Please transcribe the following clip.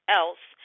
else